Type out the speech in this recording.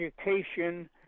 education